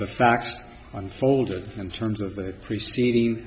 the facts unfolded in terms of the preceding